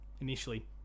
initially